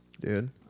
dude